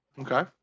Okay